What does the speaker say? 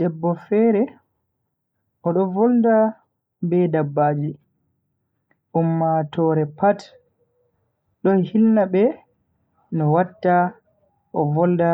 Debbo fere odo volda be dabbaji, ummatoore pat do hilna be no watta o volda